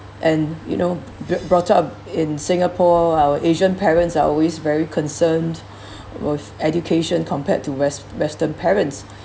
and you know br~ brought up in singapore our asian parents are always very concerned with education compared to west~ western parents